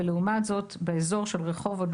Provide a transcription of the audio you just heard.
ולעומת זאת באזור של רחובות,